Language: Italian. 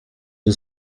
the